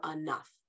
enough